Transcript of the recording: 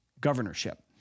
governorship